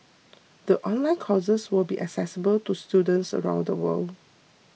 the online courses will be accessible to students around the world